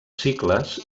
cicles